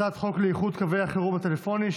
הצעת חוק לאיחוד קווי החירום הטלפוניים,